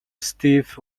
stiff